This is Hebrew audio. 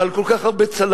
בעל כל כך הרבה צל"שים,